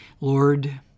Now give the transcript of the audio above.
Lord